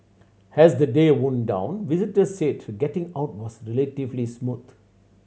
as the day wound down visitors said to getting out was relatively smooth